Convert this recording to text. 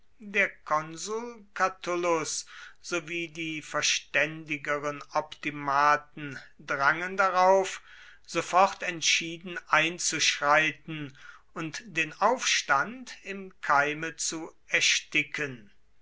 der konsul catulus sowie die verständigeren optimaten drangen darauf sofort entschieden einzuschreiten und den aufstand im keime zu ersticken